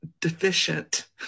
deficient